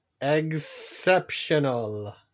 Exceptional